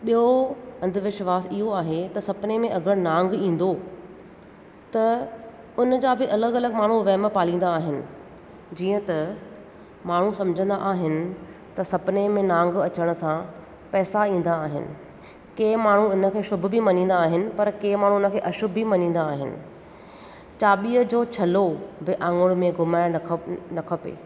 ॿियो अंधुविश्वासु इहो आहे त सुपिने में अगरि नांग ईंदो त उन जा बि अलॻि अलॻि माण्हू वहम पालींदा आहिनि जीअं त माण्हू समुझंदा आहिनि त सुपिने में नांग अचण सां पैसा ईंदा आहिनि के माण्हू इन खे शुभ बि मञींदा आहिनि पर के माण्हू इन खे अशुभ बि मञींदा आहिनि चाॿीअ जो छलो बि आंगुड़ में घुमाइणु न खप खपे